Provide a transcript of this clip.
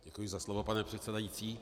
Děkuji za slovo, pane předsedající.